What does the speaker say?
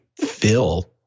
fill